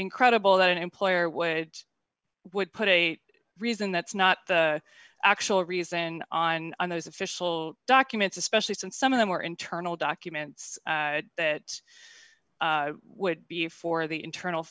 incredible that an employer would would put a reason that's not the actual reason on on those official documents especially since some of them were internal documents that would be for the internal